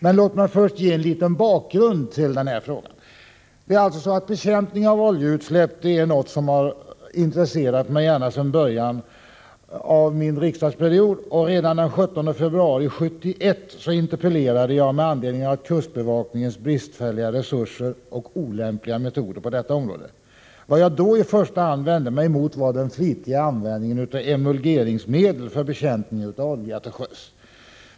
Jag skall först säga något om bakgrunden till min interpellation. Bekämpning av oljeutsläpp är en fråga som intresserat mig ända sedan jag blev riksdagsledamot. Redan den 17 februari 1971 interpellerade jag med anledning av kustbevakningens bristfälliga resurser och olämpliga metoder på detta område. Vad jag i första hand vände mig emot var den flitiga användningen av emulgeringsmedel för bekämpning av olja till sjöss.